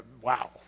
wow